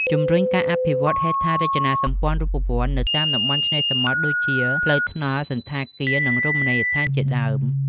ជំរុញការអភិវឌ្ឍន៍ហេដ្ឋារចនាសម្ព័ន្ធរូបវន្តនៅតាមតំបន់ឆ្នេរ ដូចជាផ្លូវថ្នល់ សណ្ឋាគារ និងរមណីយដ្ឋានជាដើម។